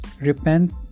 Repent